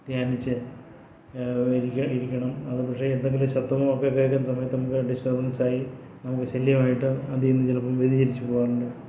ധ്യാനിച്ച് ഇരിക്ക് ഇരിക്കണം അത് പക്ഷേ എന്തെങ്കിലും ശബ്ദമോ ഒക്കെ കേൾക്കുന്ന സമയത്ത് നമുക്ക് ഡിസ്റ്റർബൻസ് ആയി നമുക്ക് ശല്യമായിട്ട് അതിൽ നിന്ന് ചിലപ്പോൾ വ്യതിചലിച്ച് പോവാറുണ്ട്